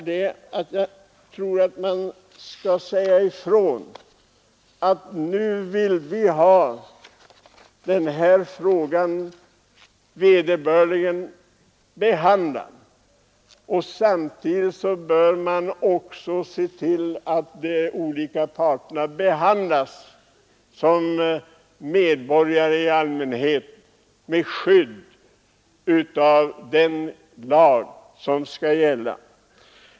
Det bör därför sägas ifrån att vi nu vill ha den här frågan behandlad på vederbörligt sätt. Samtidigt bör man också se till att de olika parterna behandlas som vanliga medborgare med det skydd som ges i gällande lag.